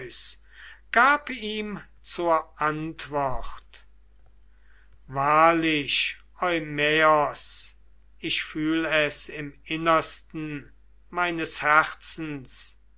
gab ihm zur antwort wahrlich eumaios ich fühl es im innersten meines herzens